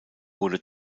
wurde